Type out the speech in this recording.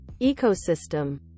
ecosystem